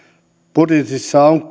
budjetissa on